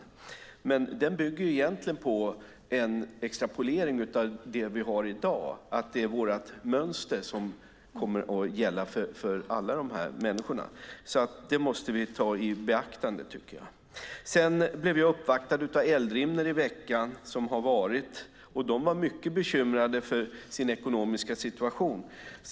Kommentaren bygger på en extrapolering av det vi har i dag, att det är vårt mönster som kommer att gälla för alla människor. Det måste vi ta i beaktande. Jag blev uppvaktad av Eldrimner i veckan. De var mycket bekymrade för sin ekonomiska situation.